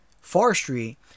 forestry